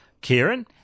Kieran